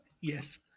Yes